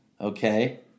okay